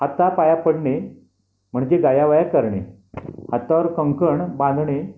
हातापाया पडणे म्हणजे गयावया करणे हातावर कंकण बांधणे